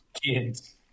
Kids